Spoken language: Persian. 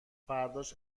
فرداش